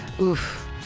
Oof